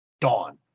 Dawn